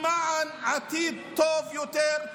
למען עתיד טוב יותר.